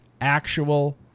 actual